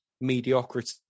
mediocrity